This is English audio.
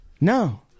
no